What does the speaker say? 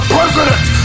President